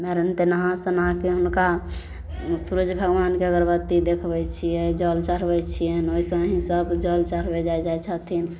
हम आर ओनाहिते नहा सोनाके हुनका सूरज भगवानके अगरबत्ती देखबै छियै जल चढ़बै छियनि ओहि संगही सब जल चढ़बै जाइ जाइ छथिन